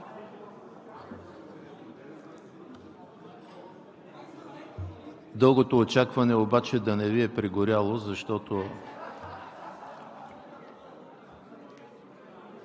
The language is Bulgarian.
Дългото очакване обаче да не Ви е прегоряло, защото…